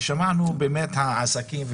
ושמענו באמת את העסקים,